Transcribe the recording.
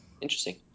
interesting